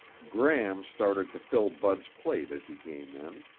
gram started to fill bud's plate as he came in,